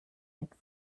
sechs